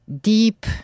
deep